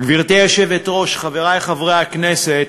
גברתי היושבת-ראש, חברי חברי הכנסת,